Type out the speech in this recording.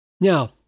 now